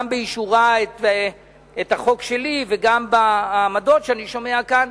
גם באישור החוק שלי וגם בעמדות שאני שומע כאן,